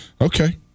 Okay